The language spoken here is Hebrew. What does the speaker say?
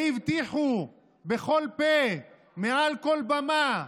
והבטיחו בכל פה, מעל כל במה,